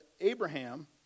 Abraham